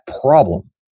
problem